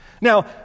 Now